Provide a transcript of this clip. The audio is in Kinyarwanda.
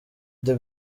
the